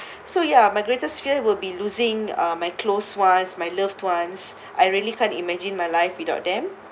so ya my greatest fear will be losing my closed ones my loved ones I really can't imagine my life without them